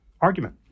argument